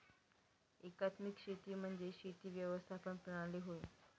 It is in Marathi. एकात्मिक शेती म्हणजे शेती व्यवस्थापन प्रणाली होय